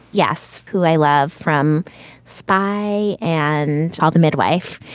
yes. who i love. from spy and child the midwife.